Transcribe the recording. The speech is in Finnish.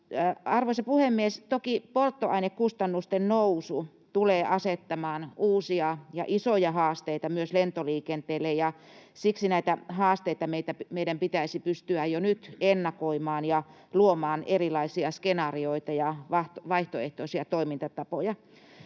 Arvoisa puhemies! Toki polttoainekustannusten nousu tulee asettamaan uusia ja isoja haasteita myös lentoliikenteelle, ja siksi meidän pitäisi pystyä jo nyt ennakoimaan näitä haasteita ja luomaan erilaisia skenaarioita ja vaihtoehtoisia toimintatapoja.